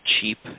cheap